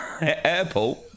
Airport